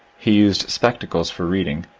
he used spectacles for reading,